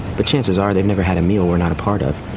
but chances are, they've never had a meal we're not a part of.